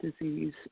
disease